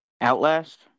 Outlast